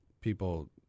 people